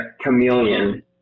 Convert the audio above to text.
chameleon